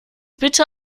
bitte